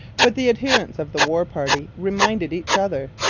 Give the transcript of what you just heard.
but the adherents of the war party reminded each other,